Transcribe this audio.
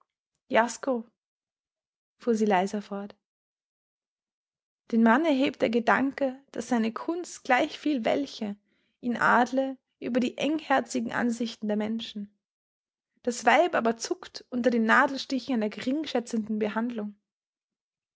jasko fuhr sie leiser fort den mann erhebt der gedanke daß seine kunst gleichviel welche ihn adle über die engherzigen ansichten der menschen das weib aber zuckt unter den nadelstichen einer geringschätzenden behandlung